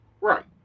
right